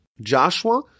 Joshua